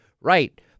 Right